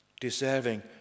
Deserving